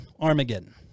Armageddon